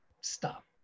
stop